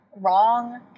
wrong